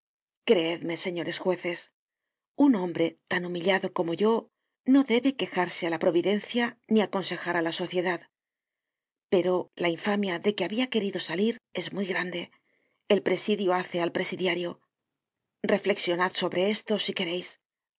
creedme señores jueces un hombre tan humillado como yo no debe quejarse de la providencia ni aconsejar á la sociedad pero la infamia de que habia querido salir es muy grande el presidio hace al presidiario reflexionad sobre esto si quereis